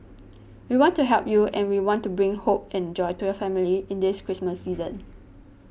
we want to help you and we want to bring hope and joy to your family in this Christmas season